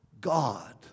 God